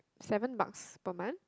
seven bucks per month